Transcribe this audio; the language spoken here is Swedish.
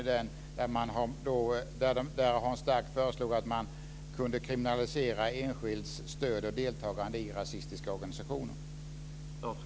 Hans Stark föreslog i utredningen att man kunde kriminalisera enskilds stöd och deltagande i rasistiska organisationer.